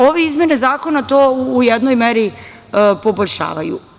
Ove izmene zakona to u jednoj meri poboljšavaju.